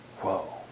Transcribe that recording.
Whoa